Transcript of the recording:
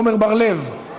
עמר בר-לב,